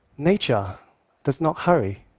nature does not hurry.